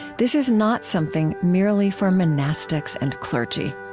this is not something merely for monastics and clergy